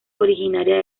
originaria